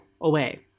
away